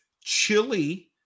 chili